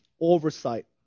oversight